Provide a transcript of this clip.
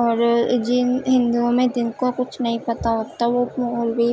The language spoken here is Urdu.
اور جن ہندوؤں میں جن کو کچھ نہیں پتہ ہوتا وہ مولوی